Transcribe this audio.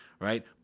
right